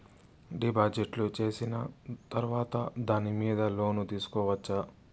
డిపాజిట్లు సేసిన తర్వాత దాని మీద లోను తీసుకోవచ్చా?